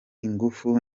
ingufu